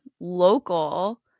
Local